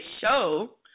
show